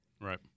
Right